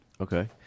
Okay